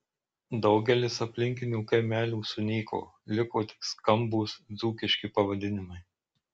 daugelis aplinkinių kaimelių sunyko liko tik skambūs dzūkiški pavadinimai